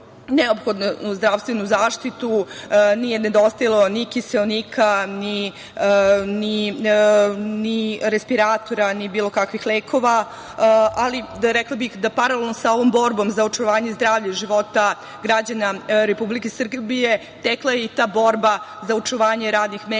neophodnu zdravstvenu zaštitu. Nije nedostajalo ni kiseonika, ni respiratora, ni bilo kakvih lekova, ali rekla bih da, paralelno sa ovom borbom za očuvanje zdravlja i života građana Republike Srbije, tekla je i ta borba za očuvanje radnih mesta